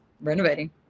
renovating